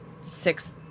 six